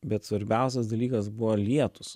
bet svarbiausias dalykas buvo lietūs